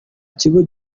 kigo